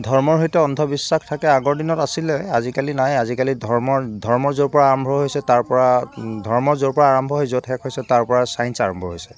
ধৰ্মৰ সৈতে অন্ধবিশ্বাস থাকে আগৰ দিনত আছিলে আজিকালি নাই আজিকালি ধৰ্মৰ ধৰ্মৰ য'ৰ পৰা আৰম্ভ হৈছে তাৰ পৰা ধৰ্মৰ য'ৰ পৰা আৰম্ভ হৈ য'ত শেষ হৈছে তাৰ পৰা চায়েন্স আৰম্ভ হৈছে